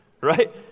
right